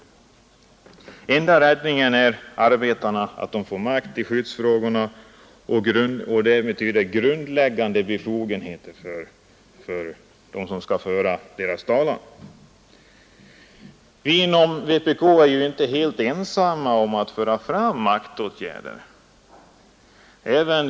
Den enda räddningen för arbetarna är att de får makt i skyddsfrågorna och att de som skall föra arbetarnas talan får grundläggande maktbefogenheter. Vi inom vpk är inte helt ensamma om att resa dessa krav på maktbefogenheter.